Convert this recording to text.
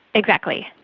exactly.